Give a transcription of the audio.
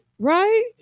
Right